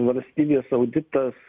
valstybės auditas